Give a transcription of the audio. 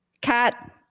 cat